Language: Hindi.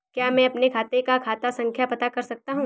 क्या मैं अपने खाते का खाता संख्या पता कर सकता हूँ?